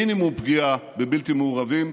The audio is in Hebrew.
מינימום פגיעה בבלתי מעורבים.